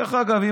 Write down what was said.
דרך אגב,